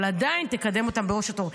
אבל עדיין תקדם אותם לראש התור.